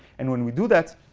and when we do that,